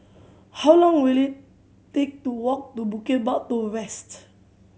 how long will it take to walk to Bukit Batok West